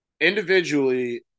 individually